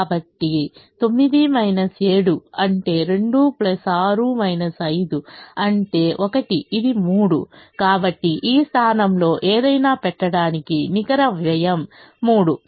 కాబట్టి 9 7 అంటే 2 6 5 అంటే 1 ఇది 3 కాబట్టి ఈ స్థానంలో ఏదైనా పెట్టడానికి నికర వ్యయం 3